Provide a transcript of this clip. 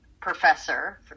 Professor